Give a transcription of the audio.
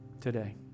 today